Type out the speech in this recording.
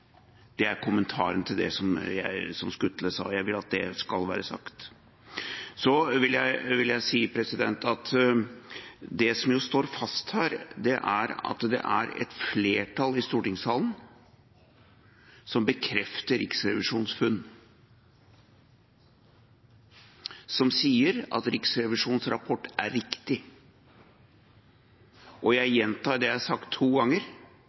Det er kommentaren til det Skutle sa. Jeg vil at det skal være sagt. Så vil jeg si at det som står fast her, er at det er et flertall i stortingssalen som bekrefter Riksrevisjonens funn, som sier at Riksrevisjonens rapport er riktig. Jeg gjentar det jeg har sagt to ganger,